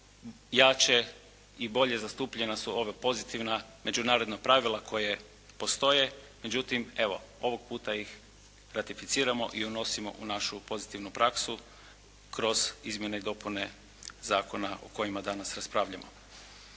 jače i bolje zastupljena su ova pozitivna međunarodna pravila koja postoje, međutim evo ovog puta ih ratificiramo i unosimo u našu pozitivnu praksu kroz izmjene i dopune zakona o kojima danas raspravljamo.